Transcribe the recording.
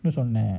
சொன்னேன்:sonnen